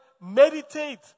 meditate